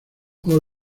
all